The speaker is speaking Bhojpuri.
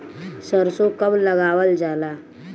सरसो कब लगावल जाला?